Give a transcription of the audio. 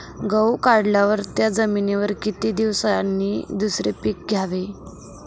गहू काढल्यावर त्या जमिनीवर किती दिवसांनी दुसरे पीक घ्यावे?